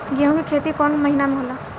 गेहूं के खेती कौन महीना में होला?